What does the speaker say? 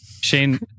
Shane